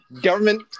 Government